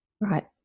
Right